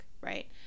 right